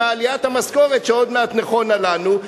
מעליית המשכורת שעוד מעט נכונה לנו,